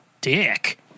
dick